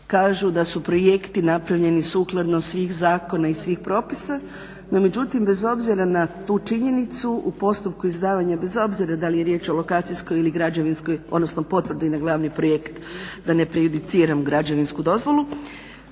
kažu da su projekti napravljeni sukladno svih zakona i svih propisa. No, međutim bez obzira na tu činjenicu u postupku izdavanja bez obzira da li je riječ o lokacijskoj ili građevinskoj odnosno potvrdi na glavni projekt da ne prejudiciram građevinsku dozvolu.